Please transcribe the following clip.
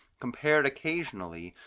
compared occasionally,